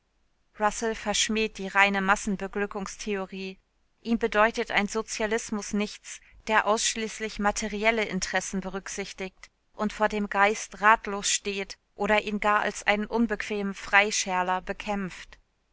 russell verschmäht die reine massenbeglückungstheorie ihm bedeutet ein sozialismus nichts der ausschließlich materielle interessen berücksichtigt und vor dem geist ratlos steht oder ihn gar als einen unbequemen freischärler bekämpft